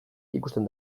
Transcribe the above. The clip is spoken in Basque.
ikusten